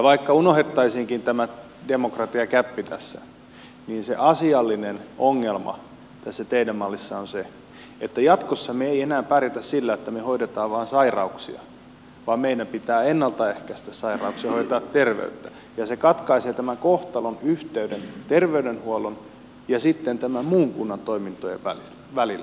vaikka unohdettaisiinkin tämä demokratiagäppi tässä niin se asiallinen ongelma tässä teidän mallissanne on se että jatkossa me emme enää pärjää sillä että me hoidamme vain sairauksia vaan meidän pitää ennaltaehkäistä sairauksia hoitaa terveyttä ja se katkaisee tämän kohtalonyhteyden terveydenhuollon ja muiden kunnan toimintojen välillä